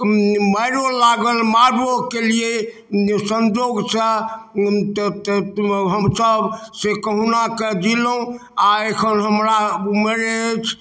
माइरो लागल मारबो केलियै संजोगसँ हमसब से कहुना के जीलहुॅं आ अखन हमरा उमर अछि